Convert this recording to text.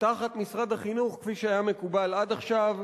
תחת משרד החינוך, כפי שהיה מקובל עד עכשיו.